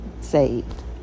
saved